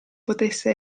potesse